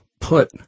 put